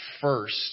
first